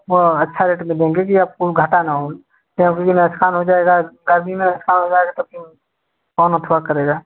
वो अच्छा रेट दे देंगे की आपको घाटा ना हो क्योंकि नुकसान हो जाएगा गर्मी में नुक्सान हो जाएगा तो फिर कौन अथवा करेगा